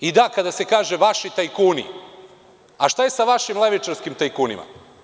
Da, kada se kaže – vaši tajkuni, a šta je sa vašim levičarskim tajkunima?